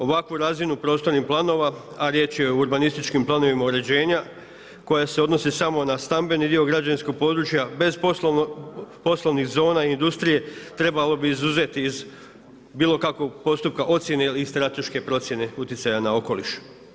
Ovakvu razinu prostornih planova, a riječ je o urbanističkim planova uređenja koja se odnosi samo na stambeni dio građevinskog područja, bez poslovnih zona i industrije, trebalo bi izuzeti iz bilo kakvog postupka ocjene ili strateške procjene utjecaja na okoliš.